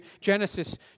Genesis